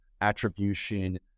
attribution